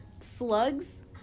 slugs